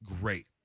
great